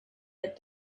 that